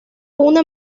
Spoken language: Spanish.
una